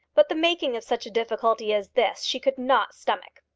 but the making of such a difficulty as this she could not stomach.